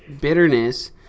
bitterness